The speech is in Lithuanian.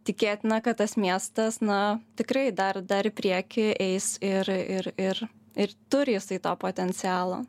tikėtina kad tas miestas na tikrai dar dar į priekį eis ir ir ir ir turi jisai to potencialo